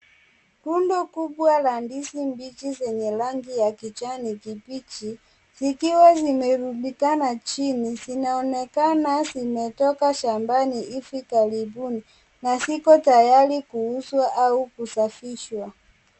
Rundo kubwa la ndizi mbichi yenye rangi ya kijani kibichi zikiwa zimerundikana chini zinaonekana zimetoka shambani hivi karibuni na ziko tayari kuuzwa au kusafishwa.